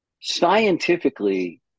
scientifically